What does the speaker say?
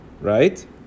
right